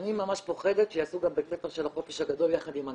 אני ממש פוחדת שיעשו גם בית ספר של החופש הגדול יחד עם הגננות.